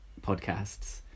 podcasts